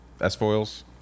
S-Foils